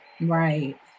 Right